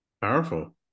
Powerful